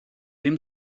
ddim